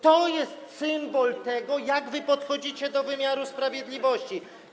To jest symbol tego, jak wy podchodzicie do wymiaru sprawiedliwości.